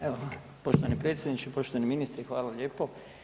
Evo, poštovani predsjedniče, poštovani ministre hvala lijepo.